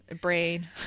brain